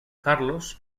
carlos